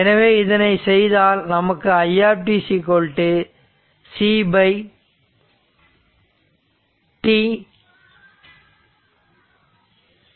எனவே இதனை செய்தால் நமக்கு i c τ